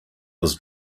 was